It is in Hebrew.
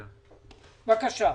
בבקשה,